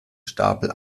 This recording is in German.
stapel